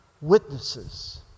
witnesses